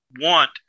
want